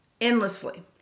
endlessly